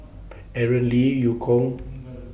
Aaron Lee EU Kong